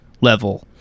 level